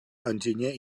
enginyer